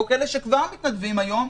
או כאלה שכבר מתנדבים היום.